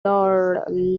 don